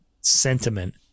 sentiment